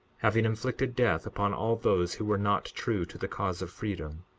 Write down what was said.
having inflicted death upon all those who were not true to the cause of freedom.